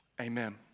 Amen